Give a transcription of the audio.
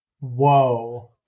Whoa